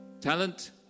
Talent